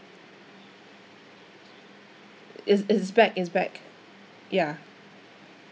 it's it's back it's back ya